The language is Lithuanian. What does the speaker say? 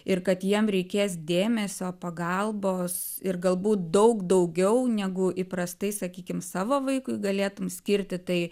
ir kad jiem reikės dėmesio pagalbos ir galbūt daug daugiau negu įprastai sakykim savo vaikui galėtum skirti tai